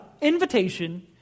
invitation